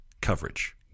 coverage